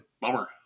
Bummer